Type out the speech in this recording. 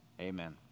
Amen